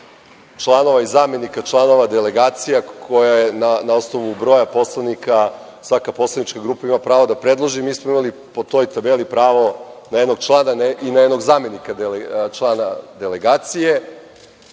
članova i zamenika članova delegacija, koja je na osnovu broja poslanika, svaka poslanička grupa ima pravo da predloži, mi smo imali po toj tabeli pravo na jednog člana i na jednog zamenika člana delegacije. Na